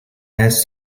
has